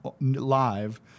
live